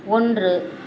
ஒன்று